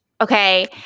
okay